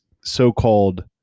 so-called